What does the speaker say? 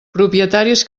propietaris